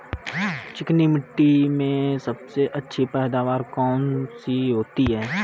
चिकनी मिट्टी में सबसे अच्छी पैदावार कौन सी होती हैं?